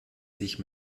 sich